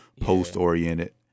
post-oriented